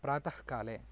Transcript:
प्रातःकाले